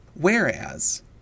Whereas